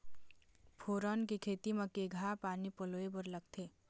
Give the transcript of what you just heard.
फोरन के खेती म केघा पानी पलोए बर लागथे?